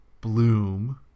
bloom